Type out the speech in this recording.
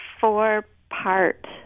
four-part